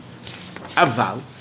Aval